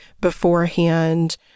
beforehand